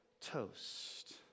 toast